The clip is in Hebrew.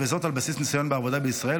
וזאת על בסיס ניסיון בעבודה בישראל,